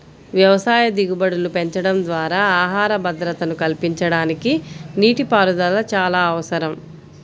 వ్యవసాయ దిగుబడులు పెంచడం ద్వారా ఆహార భద్రతను కల్పించడానికి నీటిపారుదల చాలా అవసరం